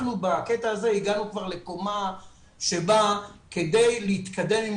אנחנו בקטע הזה הגענו כבר לקומה שבה כדי להתקדם עם